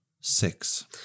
Six